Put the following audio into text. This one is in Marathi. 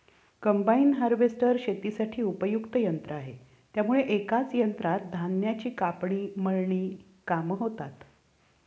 कम्बाईन हार्वेस्टर शेतीसाठी उपयुक्त यंत्र आहे त्यामुळे एकाच यंत्रात धान्याची कापणी, मळणी कामे होतात